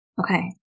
Okay